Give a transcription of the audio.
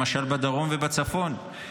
למשל בדרום ובצפון,